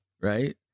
right